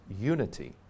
unity